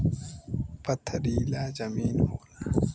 पथरीला जमीन होला